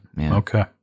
okay